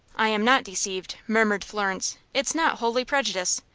i am not deceived, murmured florence, it's not wholly prejudice.